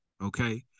Okay